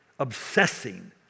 obsessing